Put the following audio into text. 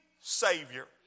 savior